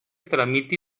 tramiti